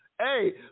Hey